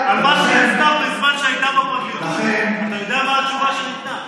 על מה שהיא עשתה בזמן שהיא הייתה בפרקליטות אתה יודע מה התשובה שניתנה?